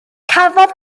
cafodd